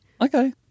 Okay